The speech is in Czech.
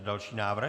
Další návrh.